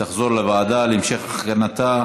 התשע"ח 2018,